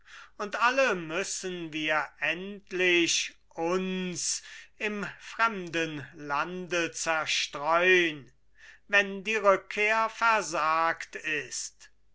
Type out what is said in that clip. und alle müssen wir endlich uns im fremden lande zerstreun wenn die rückkehr versagt ist